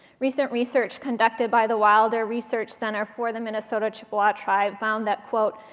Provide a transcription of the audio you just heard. recent research conducted by the wilder research center for the minnesota chippewa tribe found that, quote,